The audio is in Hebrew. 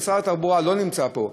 שר התחבורה לא נמצא פה,